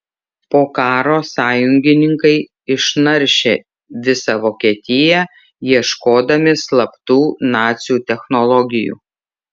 po karo sąjungininkai išnaršė visą vokietiją ieškodami slaptų nacių technologijų